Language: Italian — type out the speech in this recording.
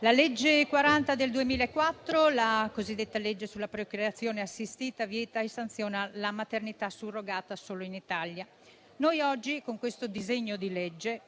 la legge n. 40 del 2004, la cosiddetta legge sulla procreazione assistita, vieta e sanziona la maternità surrogata solo in Italia. Noi oggi, con questo disegno di legge,